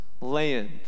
land